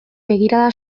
begirada